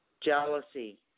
Jealousy